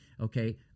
okay